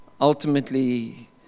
ultimately